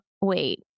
wait